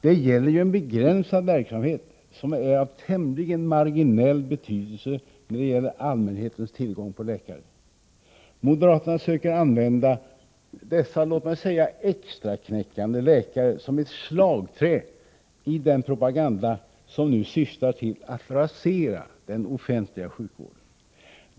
Det gäller ju en begränsad verksamhet som är av tämligen marginell betydelse när det gäller allmänhetens tillgång till läkare. Moderaterna söker använda dessa låt mig säga extraknäckande läkare som ett slagträ i den propaganda som syftar till att rasera den offentliga sjukvården.